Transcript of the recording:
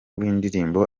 w’indirimbo